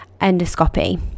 Endoscopy